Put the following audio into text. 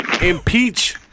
impeach